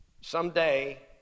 someday